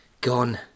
Gone